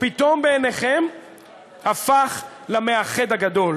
ופתאום בעיניכם הפך למאחד הגדול.